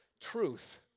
truth